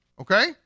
okay